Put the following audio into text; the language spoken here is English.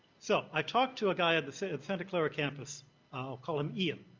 so i talked to a guy at the santa and santa clara campus i'll call him ian.